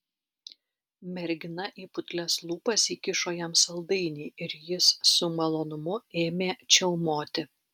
mergina į putlias lūpas įkišo jam saldainį ir jis su malonumu ėmė čiaumoti